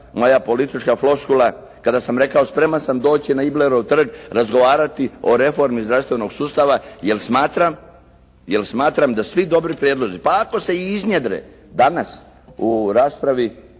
moja politička floskula, kada sam rekao spreman sam doći na Iblerov trg, razgovarati o reformi zdravstvenog sustava, jer smatram da svi dobri prijedlozi pa ako se i iznjedre, danas u raspravi